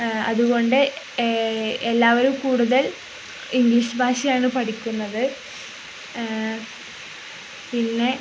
അതുകൊണ്ട് എല്ലാവരും കൂടുതൽ ഇംഗ്ലീഷ് ഭാഷയാണ് പഠിക്കുന്നത് പിന്നെ